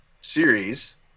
series